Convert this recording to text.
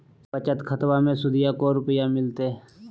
बचत खाताबा मे सुदीया को रूपया मिलते?